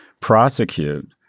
prosecute